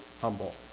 humble